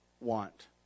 want